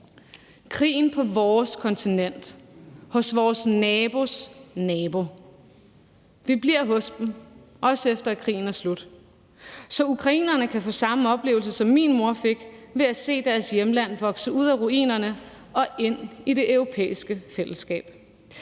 krigen på vores kontinent, hos vores nabos nabo. Vi bliver hos dem, også efter at krigen er slut, så ukrainerne kan få samme oplevelse, som min mor fik, ved at se deres hjemland vokse ud af ruinerne og ind i Det Europæiske Fællesskab,